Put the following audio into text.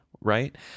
right